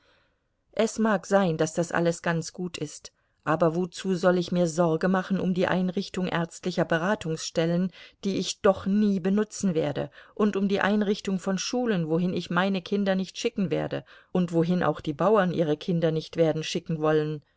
es mag sein daß das alles ganz gut ist aber wozu soll ich mir sorge machen um die einrichtung ärztlicher beratungsstellen die ich doch nie benutzen werde und um die einrichtung von schulen wohin ich meine kinder nicht schicken werde und wohin auch die bauern ihre kinder nicht werden schicken wollen